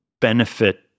benefit